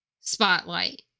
Spotlight